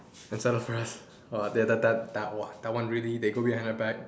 and settle for us !wah! that that that that one really they go behind our back